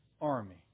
army